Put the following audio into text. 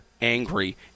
angry